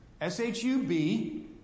S-H-U-B